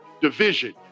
division